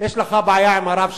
אתה, יש לך בעיה עם הרב שלך.